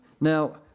Now